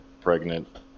pregnant